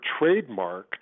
trademarked